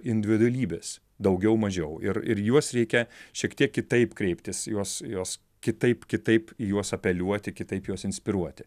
individualybės daugiau mažiau ir ir juos reikia šiek tiek kitaip kreiptis juos juos kitaip kitaip juos apeliuoti kitaip juos inspiruoti